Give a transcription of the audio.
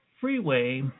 freeway